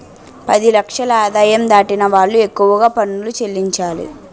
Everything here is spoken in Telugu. పది లక్షల ఆదాయం దాటిన వాళ్లు ఎక్కువగా పనులు చెల్లించాలి